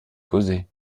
causer